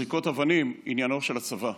זריקות אבנים, עניינו של הצבא.